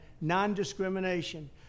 non-discrimination